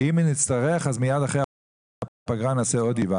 אם נצטרך אז מיד אחרי הפגרה נעשה עוד ישיבה,